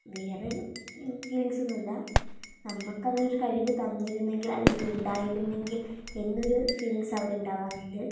വേറെ ഫീലിങ്ങ്സ് ഒന്നുമില്ല നമ്മൾക്ക് അങ്ങനെ ഒരു കഴിവ് തന്നിരുന്നെങ്കിൽ അല്ലെങ്കിൽ ഉണ്ടായിരുന്നെങ്കിൽ എന്നൊരു ഫീലിങ്ങ്സ് അവിടെ ഉണ്ടാവാറുണ്ട്